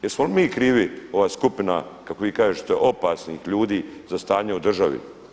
Jesmo li mi krivi, ova skupina kako vi kažete opasnih ljudi za stanje u državi?